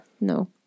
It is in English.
No